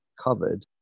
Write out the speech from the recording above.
covered